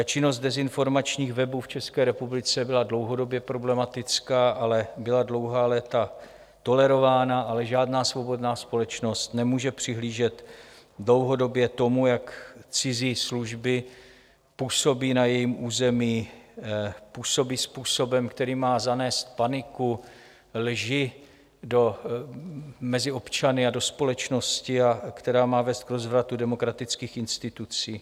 Činnost dezinformačních webů v České republice byla dlouhodobě problematická, ale byla dlouhá léta tolerována, ale žádná svobodná společnost nemůže přihlížet dlouhodobě tomu, jak cizí služby působí na jejím území, působí způsobem, který má zanést paniku, lži mezi občany a do společnosti a která má vést k rozvratu demokratických institucí.